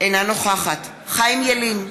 אינה נוכחת חיים ילין,